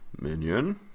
Minion